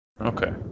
Okay